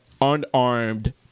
unarmed